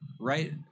right